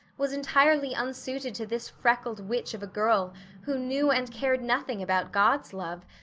was entirely unsuited to this freckled witch of a girl who knew and cared nothing about god's love,